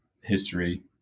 history